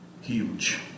huge